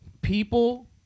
people